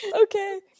okay